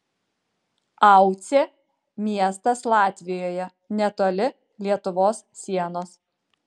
aucė miestas latvijoje netoli lietuvos sienos